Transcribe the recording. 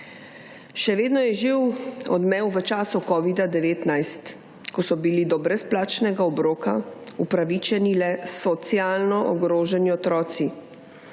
Še vedno je živ odmev v času Covida 19, ko so bili do brezplačnega obroka opravičeni le socialni ogroženi otroci.